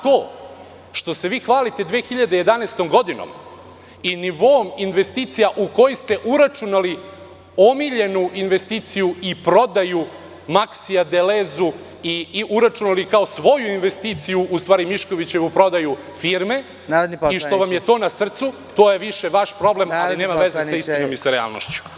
To što se vi hvalite 2011. godinom i nivoom investicija u koji ste uračunali omiljenu investiciju i prodaju „Maksija“ „Delezu“ i uračunali kao svoju investiciju, u stvari Miškovićevu prodaju firme i što vam je to na srcu, to je više vaš problem, nema veze sa istinom i sa realnošću.